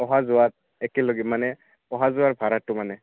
অহা যোৱাত একেলগে মানে অহা যোৱাৰ ভাড়াটো মানে